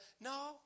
No